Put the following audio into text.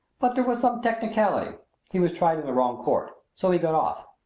but there was some technicality he was tried in the wrong court so he got off.